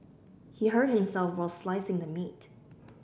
he hurt himself while slicing the meat